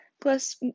plus